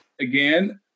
Again